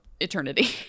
eternity